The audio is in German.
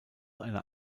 einer